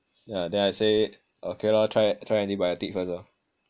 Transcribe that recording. yah then I say okay lor try try antibiotics first lor